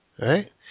Right